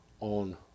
on